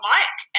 Mike